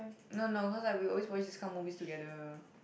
no no cause like we always watch this kind of movies together